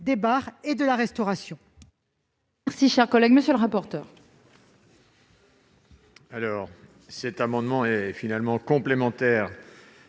des bars et de la restauration.